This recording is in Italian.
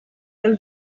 del